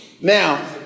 Now